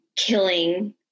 killing